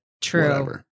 true